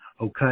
okay